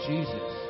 Jesus